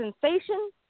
sensation